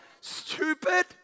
stupid